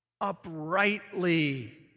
uprightly